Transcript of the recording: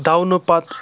دَونہٕ پتہٕ